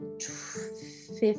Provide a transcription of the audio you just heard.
fifth